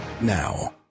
Now